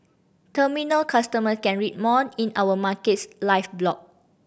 terminal customer can read more in our Markets Live blog